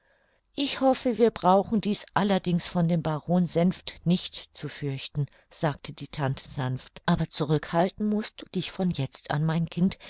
ich hoffe wir brauchen dies allerdings von dem baron senft nicht zu fürchten sagte die tante sanft aber zurückhalten mußt du dich von jetzt an mein kind